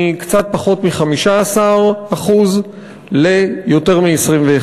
מקצת פחות מ-15% ליותר מ-21%.